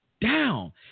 down